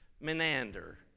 Menander